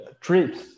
trips